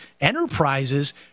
enterprises